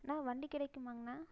அண்ணா வண்டி கிடைக்குங்மாங்ண்ணா